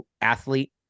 athlete